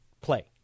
play